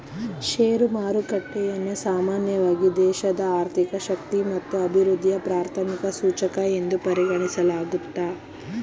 share ಮಾರುಕಟ್ಟೆಯನ್ನ ಸಾಮಾನ್ಯವಾಗಿ ದೇಶದ ಆರ್ಥಿಕ ಶಕ್ತಿ ಮತ್ತು ಅಭಿವೃದ್ಧಿಯ ಪ್ರಾಥಮಿಕ ಸೂಚಕ ಎಂದು ಪರಿಗಣಿಸಲಾಗುತ್ತೆ